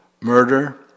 murder